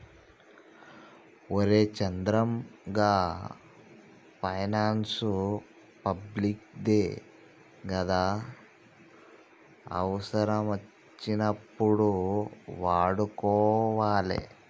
ఒరే చంద్రం, గా finance public దే గదా, అవుసరమచ్చినప్పుడు వాడుకోవాలె